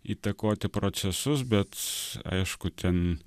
įtakoti procesus bet aišku ten